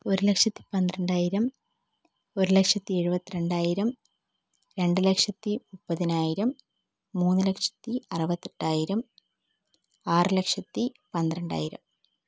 ഒരുലക്ഷത്തി പന്ത്രണ്ടായിരം ഒരുലക്ഷത്തി ഏഴുപത്തിരണ്ടായിരം രണ്ടു ലക്ഷത്തി മുപ്പതിനായിരം മൂന്ന് ലക്ഷത്തി അറുപത്തെട്ടായിരം ആറു ലക്ഷത്തി പന്ത്രണ്ടായിരം